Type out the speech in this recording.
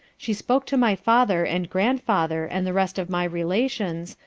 she spoke to my father and grandfather and the rest of my relations,